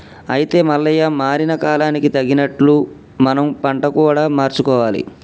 అయితే మల్లయ్య మారిన కాలానికి తగినట్లు మనం పంట కూడా మార్చుకోవాలి